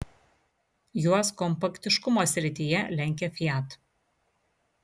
juos kompaktiškumo srityje lenkia fiat